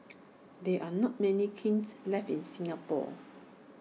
there are not many kilns left in Singapore